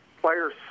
players